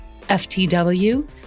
FTW